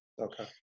okay